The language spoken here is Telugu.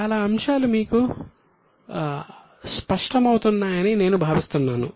చాలా అంశాలు మీకు స్పష్టమవుతున్నాయని నేను భావిస్తున్నాను